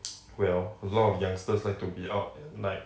well a lot of youngsters like to be out at night